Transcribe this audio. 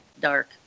dark